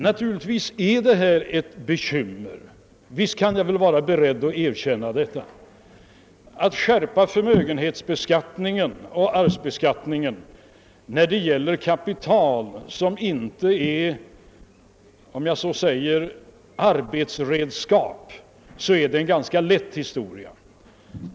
Naturligtvis är detta ett bekymmer — det är jag beredd att erkänna. Att skärpa förmögenhetsbeskattningen och arvsbeskattningen för kapital som inte är arbetsredskap, om jag får uttrycka mig så, är en ganska lätt historia.